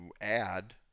add